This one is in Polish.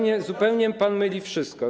Nie, zupełnie pan myli wszystko.